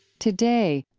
today,